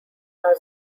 are